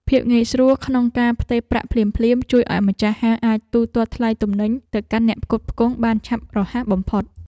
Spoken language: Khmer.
ភាពងាយស្រួលក្នុងការផ្ទេរប្រាក់ភ្លាមៗជួយឱ្យម្ចាស់ហាងអាចទូទាត់ថ្លៃទំនិញទៅកាន់អ្នកផ្គត់ផ្គង់បានឆាប់រហ័សបំផុត។